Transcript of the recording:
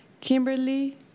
Kimberly